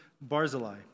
Barzillai